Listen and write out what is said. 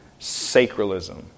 sacralism